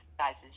sizes